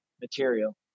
material